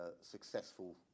successful